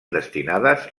destinades